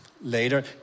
later